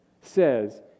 says